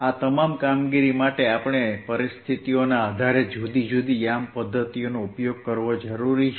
આ તમામ કામગીરી માટે આપણે પરિસ્થિતિઓના આધારે જુદી જુદી યામ પદ્ધતિઓનો ઉપયોગ કરવો જરૂરી છે